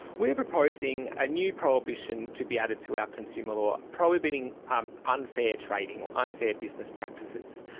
we are proposing a new prohibition to be added to our consumer law prohibiting um unfair trading or unfair business practices.